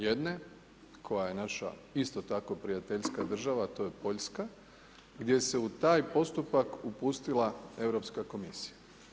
Jedne koja je naša isto taka prijateljska država a to je Poljska, gdje se u taj postupak upustila Europska komisija.